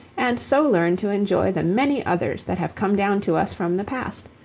and so learn to enjoy the many others that have come down to us from the past,